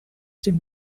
dem